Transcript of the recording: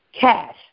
Cash